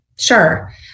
Sure